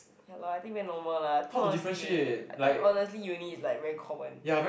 ya lah I think very normal lah I think honestly uni I think honestly uni is like very common